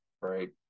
Right